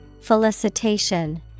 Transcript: felicitation